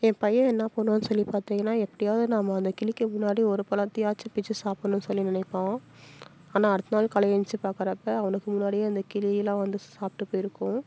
என் பையன் என்ன பண்ணுவான்னு சொல்லி பார்த்திங்கன்னா எப்படியாவது நாம் அந்த கிளிக்கு முன்னாடி ஒரு பழத்தையாச்சும் பிச்சு சாப்பிட்ணுன்னு சொல்லி நினைப்போம் ஆனால் அடுத்த நாள் காலைல ஏந்ச்சி பாக்கிறப்ப அவனுக்கு முன்னாடியே அந்த கிளிலாம் சாப்பிட்டு போய்ருக்கும்